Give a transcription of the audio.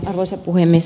arvoisa ed